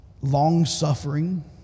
long-suffering